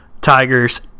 Tigers